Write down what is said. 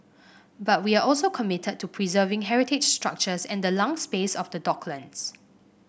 but we are also committed to preserving heritage structures and the lung space of the docklands